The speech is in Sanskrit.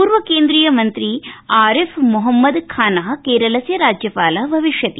पूर्व केन्द्रीयमन्त्री आरिफ मोहम्मद खान केरलस्य राज्यपाल भविष्यति